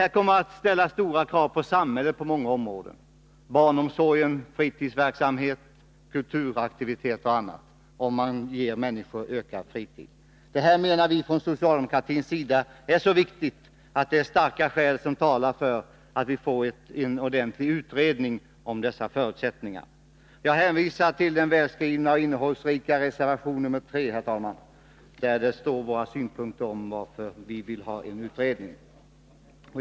Det kommer att ställa stora krav på samhället på många områden — barnomsorg, fritidsverksamhet, kulturaktiviteter och annat — om man ger människor ökad fritid. Från socialdemokratins sida menar vi att detta är så viktigt att starka skäl talar för att vi får en ordentlig utredning om dessa förutsättningar. Herr talman! Jag hänvisar till den välskrivna och innehållsrika reservation 3, där våra synpunkter liksom skälen till att vi vill ha en utredning redovisas.